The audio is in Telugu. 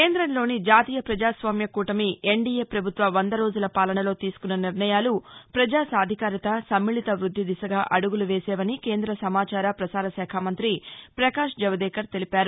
కేందంలోని జాతీయ ప్రజాస్వామ్య కూటమి ఎన్ డీఎ పభుత్వ వంద రోజుల పాలనలో తీసుకున్న నిర్ణయాలు ప్రజాసాధికారిత సమ్మిళిత వృద్ది దిశగా అడుగులు వేసేవని కేంద్ర సమాచార ప్రసార శాఖ మంత్రి ప్రపకాశ్ జవదేకర్ తెలిపారు